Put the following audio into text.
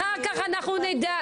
--- אחר כך אנחנו נדע.